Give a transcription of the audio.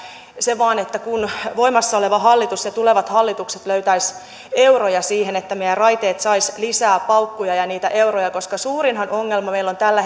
se vain että kun voimassa oleva hallitus ja tulevat hallitukset löytäisivät euroja siihen että meidän raiteet saisivat lisää paukkuja ja niitä euroja koska suurin ongelmahan meillä on tällä